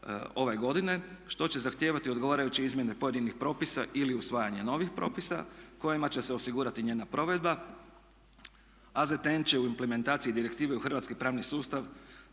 što će zahtijevati odgovarajuće izmjene pojedinih propisa ili usvajanje novih propisa kojima će se osigurati njena provedba. AZTN će u implementaciji direktive u hrvatski pravni sustav